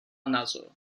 nazo